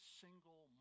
single